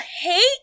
hate